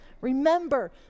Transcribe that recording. Remember